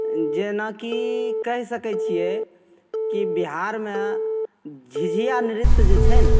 जेनाकि कहि सकै छिए कि बिहारमे झिझिया नृत्य जे छै ने